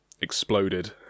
exploded